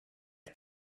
pet